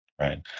right